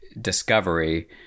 discovery